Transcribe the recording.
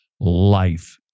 Life